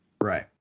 Right